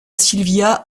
silvia